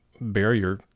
barrier